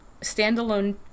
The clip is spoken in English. standalone